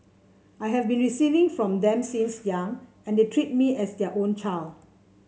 I have been receiving from them since young and they treat me as their own child